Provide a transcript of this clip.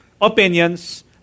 opinions